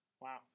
Wow